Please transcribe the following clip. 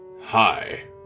Hi